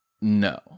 No